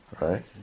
right